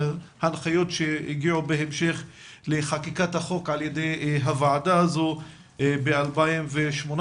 הנחיות שהגיעו בהמשך לחקיקת החוק על ידי הוועדה הזו ב-2018,